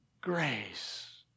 Grace